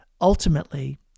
ultimately